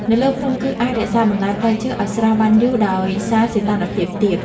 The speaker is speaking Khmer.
នៅលើភ្នំ គឺអាចរក្សាបន្លែផ្លែឈើឱ្យស្រស់បានយូរដោយសារសីតុណ្ហភាពទាប។